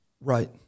Right